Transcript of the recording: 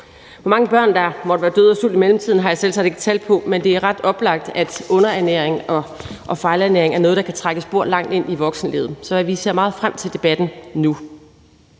Hvor mange børn der måtte være døde af sult i mellemtiden, har jeg selvsagt ikke tal på, men det er ret oplagt, at underernæring og fejlernæring er noget, der kan trække spor langt ind i voksenlivet. Så vi ser meget frem til debatten nu.